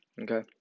Okay